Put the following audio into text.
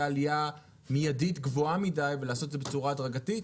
עלייה מיידית גבוהה מידי ולעשות את זה בצורה הדרגתית.